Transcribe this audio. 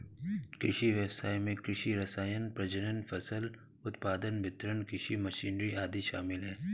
कृषि व्ययसाय में कृषि रसायन, प्रजनन, फसल उत्पादन, वितरण, कृषि मशीनरी आदि शामिल है